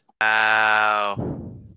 Wow